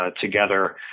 together